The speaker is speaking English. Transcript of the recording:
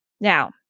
Now